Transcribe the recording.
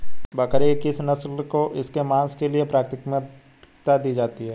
बकरी की किस नस्ल को इसके मांस के लिए प्राथमिकता दी जाती है?